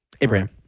Abraham